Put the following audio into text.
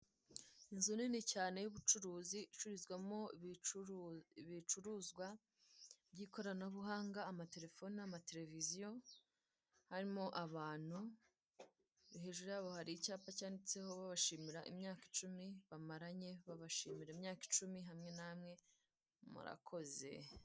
Inzu nini cyane y'ubucuruzi icururizwamo ibicuruzwa by'ikoranabuhanga amaterefone, n'amatereviziyo harimo abantu hejuru yabo hari icyapa cyanditseho babashimira imyaka icumi bamaranye. Imyaka icumi hamwe namwe murakoze.